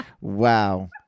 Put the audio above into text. Wow